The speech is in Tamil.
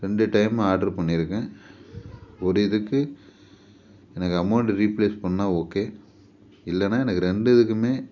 ரெண்டு டைம் ஆட்ரு பண்ணியிருக்கேன் ஒரு இதுக்கு எனக்கு அமௌண்ட்ட ரீப்ளேஸ் பண்ணால் ஓகே இல்லைன்னா எனக்கு ரெண்டு இதுக்குமே